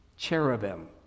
Cherubim